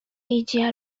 regia